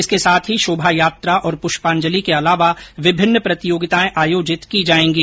इसके साथ ही शोभायात्रा और प्रेष्याजंलि के अलावा विभिन्न प्रतियोगिताएं आयोजित की जाएंगी